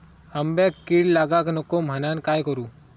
आंब्यक कीड लागाक नको म्हनान काय करू?